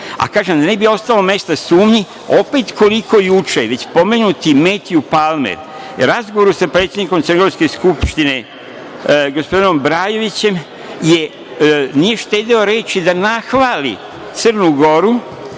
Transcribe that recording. razlike. Da ne bi ostalo mesta sumnji, opet koliko juče već pomenuti Metju Palmer, u razgovoru sa predsednikom crnogorske Skupštine, gospodinom Brajovićem nije štedeo reči da nahvali Crnu Gori